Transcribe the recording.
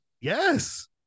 Yes